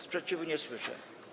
Sprzeciwu nie słyszę.